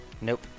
Nope